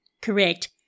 Correct